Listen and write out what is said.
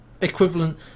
equivalent